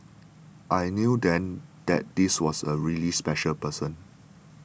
I knew then that this was a really special person